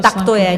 Tak to je!